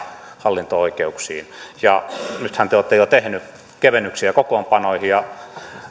hallinto oikeuksiin ja nythän te olette jo tehnyt kevennyksiä kokoonpanoihin